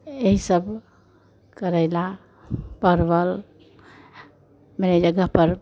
ये सब करेला परवल मेरी जगह पर